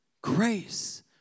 grace